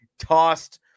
tossed